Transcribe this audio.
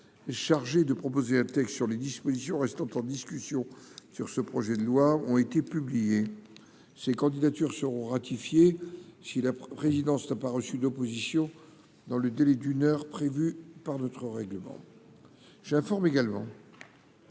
chargée de proposer un texte sur les dispositions restant en discussion sur ce projet de loi ont été publiées. Ces candidatures seront ratifiées si la présidence n'a pas reçu d'opposition dans le délai d'une heure prévu par notre règlement. J'informe également